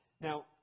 Now